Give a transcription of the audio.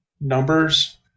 numbers